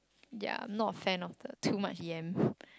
ya I'm not a fan of the too much yam